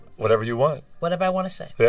whatever you want whatever i want to say? yeah